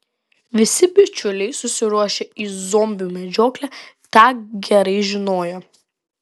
visi bičiuliai susiruošę į zombių medžioklę tą gerai žinojo